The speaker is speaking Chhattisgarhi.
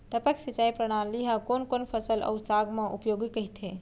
टपक सिंचाई प्रणाली ह कोन कोन फसल अऊ साग म उपयोगी कहिथे?